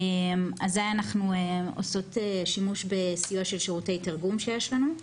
אז אנחנו עושות שימוש בסיוע של שירותי תרגום שיש לנו.